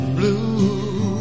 blue